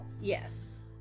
Yes